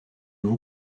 vous